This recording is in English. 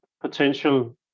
potential